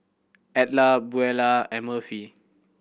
Edla Beulah and Murphy